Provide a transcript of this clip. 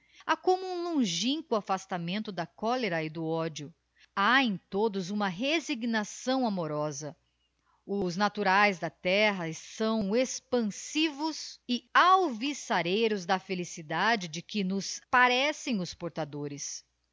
ha como um longinquo afastamento da cólera e do ódio ha em todos uma resignação amorosa os naturaes da terra são expansivos e alviçareiros da felicidade de que nos parecem os portadores